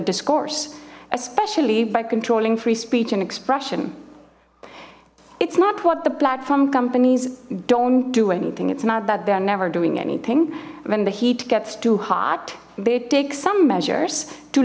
discourse especially by controlling free speech and expression it's not what the platform companies don't do anything it's not that they're never doing anything when the heat gets too hot they take some measures to